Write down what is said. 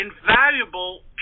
invaluable